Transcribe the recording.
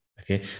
Okay